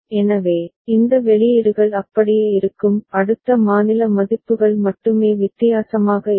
எனவே இந்த வெளியீடுகள் அப்படியே இருக்கும் அடுத்த மாநில மதிப்புகள் மட்டுமே வித்தியாசமாக இருக்கும்